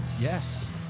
Yes